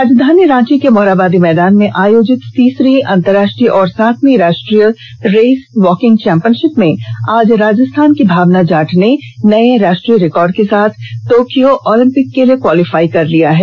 राजधानी रांची के मोरहाबादी मैदान में आयोजित तीसरी अंतरराष्ट्रीय और सातवीं राष्ट्रीय रेस वॉकिंग चैंपियनशिप में आज राजस्थान की भावना जाट ने नए राष्ट्रीय रिकॉर्ड के साथ टोक्यो ओलंपिक के लिए क्वालिफाई कर लिया है